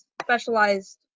specialized